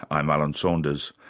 i'm alan saunders.